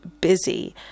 busy